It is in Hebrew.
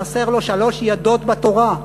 חסר לו שלוש ידות בתורה.